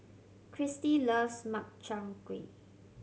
Cristi loves Makchang Gui